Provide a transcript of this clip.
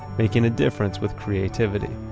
making a difference with creativity.